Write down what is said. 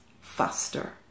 faster